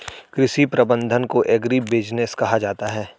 कृषि प्रबंधन को एग्रीबिजनेस कहा जाता है